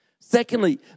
Secondly